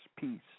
peace